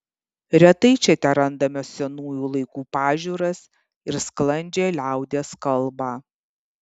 retai čia terandame senųjų laikų pažiūras ir sklandžią liaudies kalbą